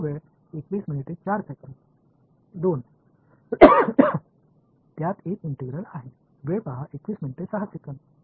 மாணவர் இரண்டு அது ஒரு ஒருங்கிணைப்பைக் கொண்டுள்ளது எனவே இது இந்த டைராக் டெல்டா செயல்பாடு என்பது பல பரிமாணங்களின் ஒரு செயல்பாடு